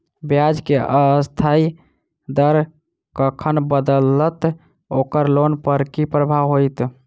ब्याज केँ अस्थायी दर कखन बदलत ओकर लोन पर की प्रभाव होइत?